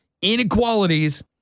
Inequalities